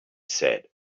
said